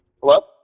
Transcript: Hello